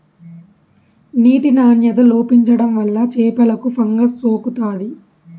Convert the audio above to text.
నీటి నాణ్యత లోపించడం వల్ల చేపలకు ఫంగస్ సోకుతాది